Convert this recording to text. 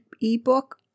ebook